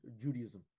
Judaism